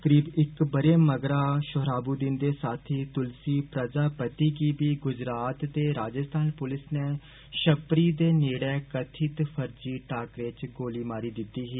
करीब इक बरे मगरा सोहराषवुदीन दे साथी तुलसी प्रजपति गी बी गुजरात ते राजस्थान पुलस ने छपरी दे नेडे कथित फर्जी टाकरे च गोली मारी दिती ही